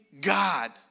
God